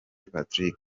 patrick